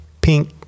pink